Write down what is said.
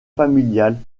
familiales